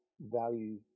value